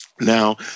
now